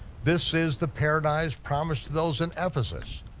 this is the paradise promised to those in ephesus,